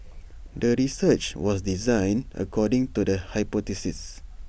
the research was designed according to the hypothesis